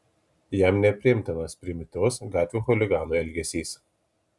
jam nepriimtinas primityvus gatvių chuliganų elgesys